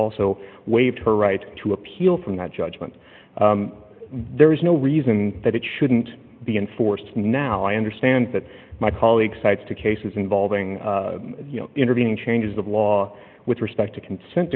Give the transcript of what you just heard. also waived her right to appeal from that judgment there is no reason that it shouldn't be enforced now i understand that my colleague cites to cases involving intervening changes of law with respect to consent